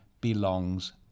belongs